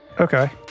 Okay